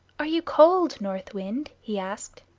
are you cold, north wind? he asked.